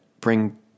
bring